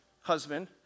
husband